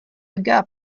gap